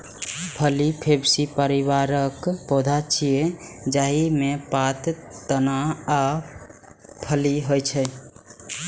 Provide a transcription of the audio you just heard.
फली फैबेसी परिवारक पौधा छियै, जाहि मे पात, तना आ फली होइ छै